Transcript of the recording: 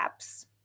apps